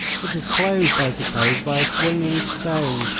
it is closed, i suppose, by a swinging stone,